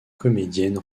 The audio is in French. comédienne